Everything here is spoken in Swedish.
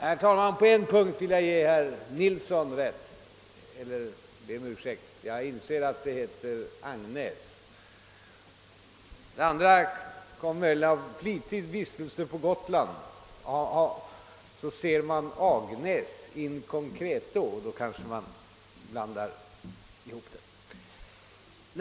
Herr talman! På en punkt vill jag ge herr Nilsson rätt. Jag ber om ursäkt för att jag uttalade Agnäs fel — jag vet att det heter angnäs. Det felaktiga uttal som jag gjorde mig skyldig till beror förmodligen på flitig vistelse på Gotland. Där ser man agnäs in concereto och därför blandade jag ihop uttalen.